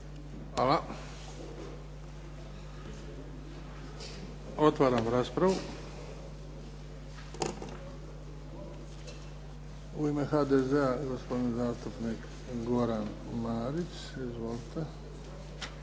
Hvala. Otvaram raspravu. U ime HDZ-a gospodin zastupnik Goran Marić. Izvolite.